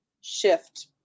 shift